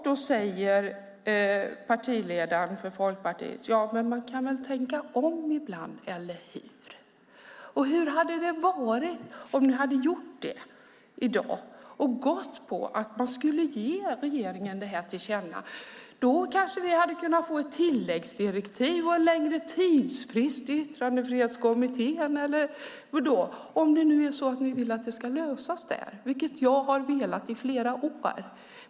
Då sade partiledaren för Folkpartiet: Man kan tänka om ibland - eller hur? Hur hade det varit om ni hade gjort det i dag och gett regeringen frågan till känna? Då skulle det kunna bli ett tilläggsdirektiv och en längre tidsfrist i Yttrandefrihetskommittén - om ni vill att frågan ska lösas där. Det har jag velat i flera år.